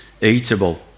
eatable